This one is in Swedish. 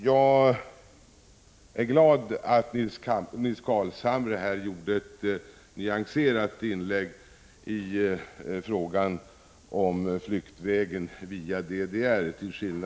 Jag är glad att Nils Carlshamre, till skillnad från sin partikamrat, gjorde ett nyanserat inlägg i fråga om flyktvägen via DDR.